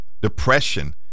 depression